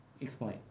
Explain